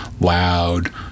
loud